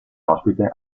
ospite